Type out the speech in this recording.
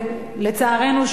לצערנו,